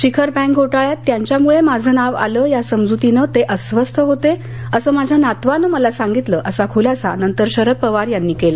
शिखर बँक घोटाळ्यात त्यांच्यामुळे माझं नाव आलं या समजुतीनं ते अस्वस्थ होते असं माझ्या नातवानं मला सांगितलं असा खुलासा नंतर शरद पवार यांनी केला